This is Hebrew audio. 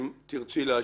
את רוצה להשלים?